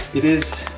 it is,